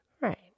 Right